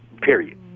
Period